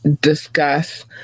discuss